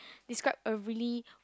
describe a really